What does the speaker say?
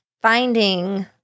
Finding